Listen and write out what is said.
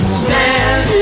stand